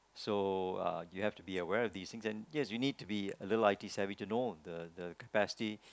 so uh you have to be aware of these and then yes you need to be a little I_T savvy to know the the capacity